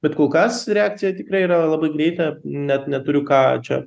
bet kol kas reakcija tikrai yra labai greita net neturiu ką čia